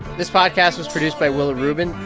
this podcast was produced by willa rubin.